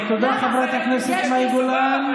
תודה, חברת הכנסת מאי גולן.